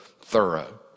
thorough